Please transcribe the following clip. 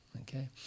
Okay